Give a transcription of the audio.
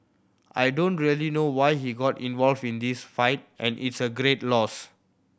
I don't really know why he got involved in this fight and it's a great loss